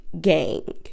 gang